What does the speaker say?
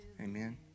Amen